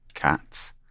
Cats